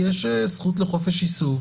יש זכות לחופש עיסוק,